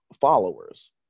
followers